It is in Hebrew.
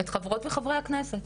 את חברות וחברי הכנסת,